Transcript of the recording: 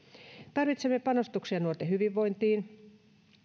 tarvitsemme panostuksia nuorten hyvinvointiin